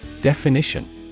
Definition